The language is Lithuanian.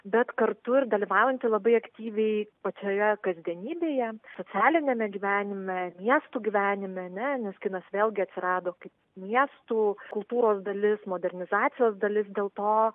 bet kartu ir dalyvaujanti labai aktyviai pačioje kasdienybėje socialiniame gyvenime miestų gyvenime ne nes kinas vėlgi atsirado kaip miestų kultūros dalis modernizacijos dalis dėl to